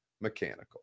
Mechanical